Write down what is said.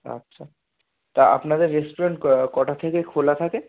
আচ্ছা তা আপনাদের রেস্টুরেন্ট কটা থেকে খোলা থাকে